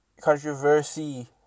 controversy